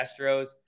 Astros